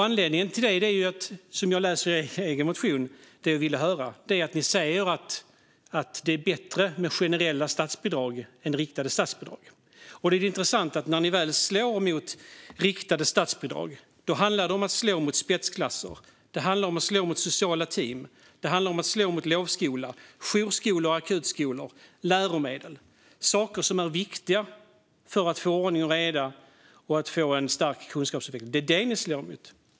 Anledningen till det, som jag läser i er egen motion, är det jag vill höra: Ni säger att det är bättre med generella statsbidrag än med riktade statsbidrag. Det är intressant att när ni väl slår mot riktade statsbidrag handlar det om att slå mot spetsklasser. Det handlar om att slå mot sociala team. Det handlar om att slå mot lovskola, jourskolor och akutskolor och mot läromedel - saker som är viktiga för att få ordning och reda och en stark kunskapsutveckling. Det är det ni slår mot.